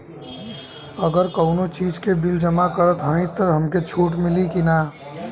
अगर कउनो चीज़ के बिल जमा करत हई तब हमके छूट मिली कि ना?